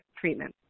treatment